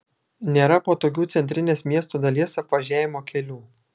nėra patogių centrinės miesto dalies apvažiavimo kelių